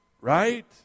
Right